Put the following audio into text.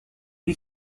les